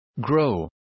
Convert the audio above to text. Grow